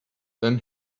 then